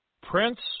prince